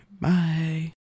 Bye